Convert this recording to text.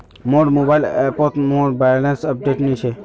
मोर मोबाइल ऐपोत मोर बैलेंस अपडेट नि छे